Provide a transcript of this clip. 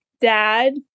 dad